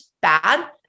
bad